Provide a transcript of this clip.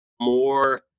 more